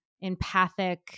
empathic